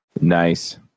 Nice